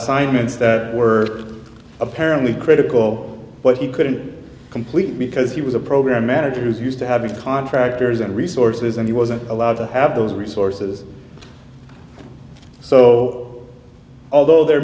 assignments that were apparently critical but he couldn't complete because he was a program manager who's used to having contractors and resources and he wasn't allowed to have those resources so although there